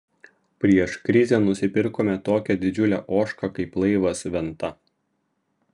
prieš krizę nusipirkome tokią didžiulę ožką kaip laivas venta